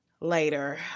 later